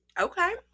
Okay